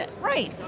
Right